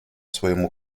своему